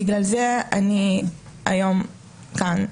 בגלל זה אני היום כאן.